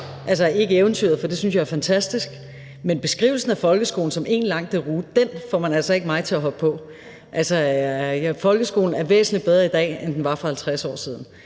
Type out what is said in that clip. altså ikke eventyret, for det synes jeg er fantastisk. Men beskrivelsen af folkeskolen som én lang deroute får man altså ikke mig til at hoppe på. Folkeskolen er væsentlig bedre i dag, end den var for 50 år siden.